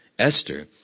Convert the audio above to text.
Esther